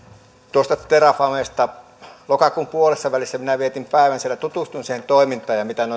tuosta terrafamesta lokakuun puolessavälissä minä vietin päivän siellä tutustuin siihen toimintaan ja siihen mitä ne